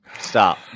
Stop